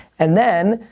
and then,